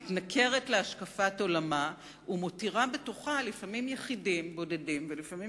מתנכרת להשקפת עולמה ומותירה בתוכה לפעמים יחידים בודדים ולפעמים